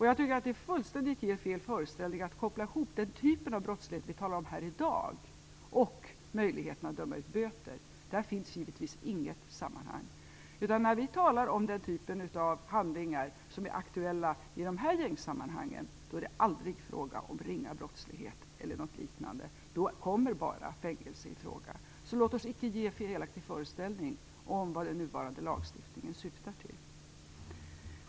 Jag tycker att det är att ge fullständigt fel föreställning att koppla ihop den typen av brottslighet vi talar om här i dag och möjligheten att döma ut böter. Där finns givetvis inget sammanhang. När vi talar om den typen av handlingar som är aktuella i dessa gängsammanhang är det aldrig fråga om ringa brottslighet eller något liknande. Då kommer bara fängelse i fråga. Låt oss icke ge en felaktig föreställning om vad den nuvarande lagstiftningen syftar till.